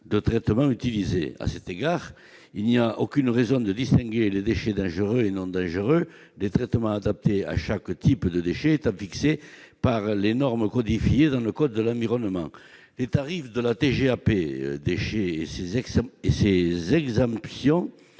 de traitement utilisé. À cet égard, il n'y a aucune raison de distinguer les déchets dangereux de ceux qui ne le sont pas, les traitements adaptés à chaque type de déchets étant fixés par les normes prévues dans le code de l'environnement. Les tarifs de la TGAP déchets et ses exemptions